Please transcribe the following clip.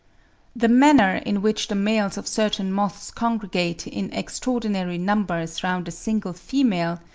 the manner in which the males of certain moths congregate in extraordinary numbers round a single female,